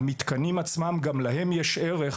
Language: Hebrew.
המתקנים עצמם, גם להם יש ערך,